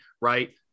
right